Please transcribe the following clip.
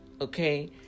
Okay